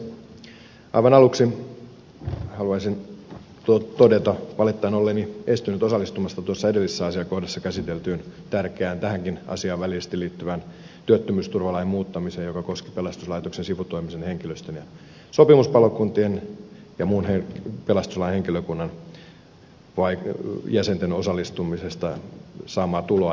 aivan aluksi haluaisin todeta valitettavasti olleeni estynyt osallistumasta edellisessä asiakohdassa käsiteltyyn tärkeään tähänkin asiaan välillisesti liittyvään työttömyysturvalain muuttamiseen joka koski pelastuslaitoksen sivutoimisen henkilöstön sopimuspalokuntien ja muun pelastuslaitoksen henkilökunnan jäsenten osallistumisesta saamaa tuloa ja sen vaikutusta työllisyysturvaan